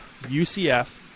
UCF